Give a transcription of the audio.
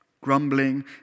grumbling